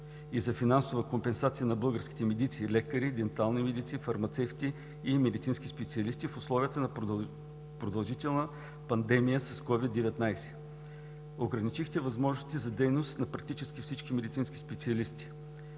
и за финансова компенсация на българските медици – лекари, дентални медици, фармацевти и медицински специалисти в условията на продължителна пандемия с COVID-19? Ограничихте възможностите за дейност практически на всички медицински специалисти.